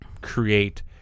create